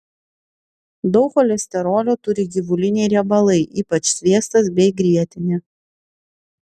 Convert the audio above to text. daug cholesterolio turi gyvuliniai riebalai ypač sviestas bei grietinė